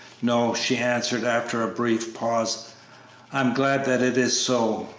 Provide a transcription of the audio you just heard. no, she answered, after a brief pause i am glad that it is so.